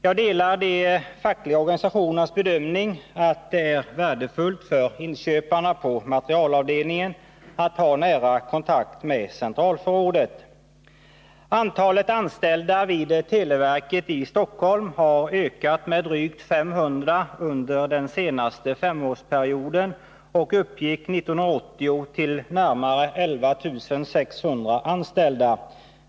Jag delar de fackliga organisationernas bedömning att det är värdefullt för inköparna på materialavdelningen att ha nära kontakt med centralförrådet. Antalet anställda vid televerket i Stockholm har ökat med drygt 500 under den senaste femårsperioden och uppgick 1980 till närmare 11 600 anställda.